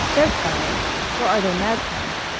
they're sparrows or are they magpies?